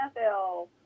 NFL